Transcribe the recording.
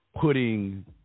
putting